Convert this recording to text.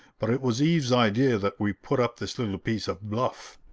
but it was eve's idea that we put up this little piece of bluff.